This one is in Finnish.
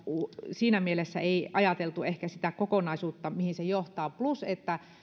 siinä mielessä ei ajateltu ehkä sitä kokonaisuutta mihin se johtaa plus se että